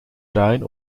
draaien